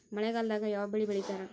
ಮಳೆಗಾಲದಾಗ ಯಾವ ಬೆಳಿ ಬೆಳಿತಾರ?